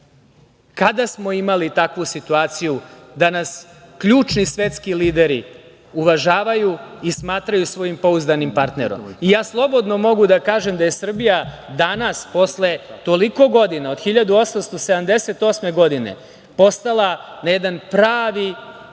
Kada smo imali takvu situaciju da nas ključni svetski lideri uvažavaju i smatraju svojim pouzdanim partnerom? Slobodno mogu da kažem da je Srbija danas posle toliko godina, od 1878. godine, postala na jedan pravi način